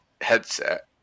headset